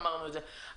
זה מאוד חשוב,